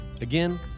Again